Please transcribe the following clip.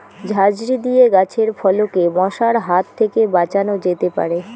ঝাঁঝরি দিয়ে গাছের ফলকে মশার হাত থেকে বাঁচানো যেতে পারে?